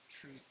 truth